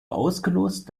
ausgelost